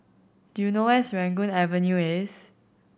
do you know where is Serangoon Avenue